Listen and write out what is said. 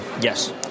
yes